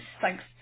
Thanks